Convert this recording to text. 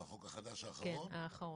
האחרון.